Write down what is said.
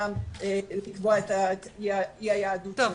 לקבוע את אי היהדות שלו.